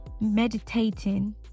meditating